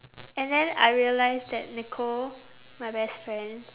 and then I realised that nicole my best friend